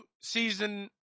season